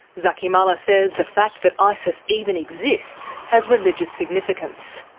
zaky mallah says the fact that isis even exists has religious significance.